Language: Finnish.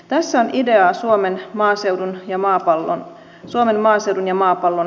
tässä on ideaa suomen maaseudun ja maapallon pelastustalkoisiin